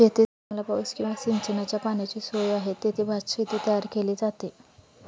जेथे चांगला पाऊस किंवा सिंचनाच्या पाण्याची सोय आहे, तेथे भातशेती तयार केली जाते